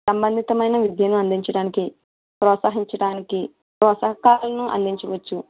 సంబంధితమైన విద్యను అందించడానికి ప్రోత్సహించడానికి ప్రోత్సాహకాలను అందించవచ్చు